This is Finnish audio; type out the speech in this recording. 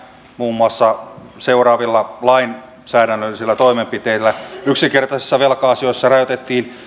muun muassa seuraavilla lainsäädännöllisillä toimenpiteillä yksinkertaisissa velka asioissa rajoitettiin